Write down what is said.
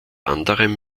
anderem